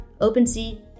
OpenSea